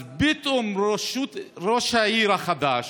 אז פתאום ראש העיר החדשה,